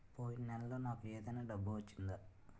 పోయిన నెలలో నాకు ఏదైనా డబ్బు వచ్చిందా?